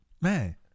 Man